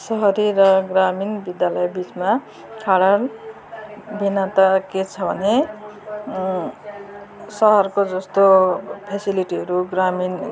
सहरी र ग्रामीण विद्यालय बिचमा खाडल भिन्नात र के छ भने सहरको जस्तो फेसिलिटीहरू ग्रामीण